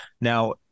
Now